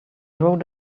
rode